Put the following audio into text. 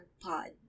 pod